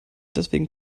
deswegen